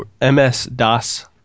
MS-DOS